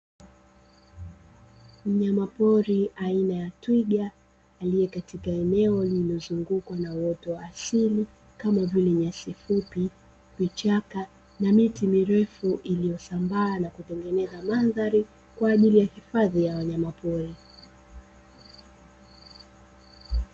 Mnyama pori aina ya twiga aliye katika eneo lililozungukwa na uoto wa asili, kama vile nyasi fupi, vichaka na miti mirefu, iliyosambaa na kutengeneza mandhari kwa ajili ya hifadhi ya wanyamapori.